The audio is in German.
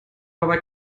aber